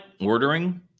ordering